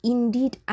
Indeed